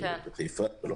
בחיפה וכולי